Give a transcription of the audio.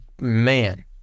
man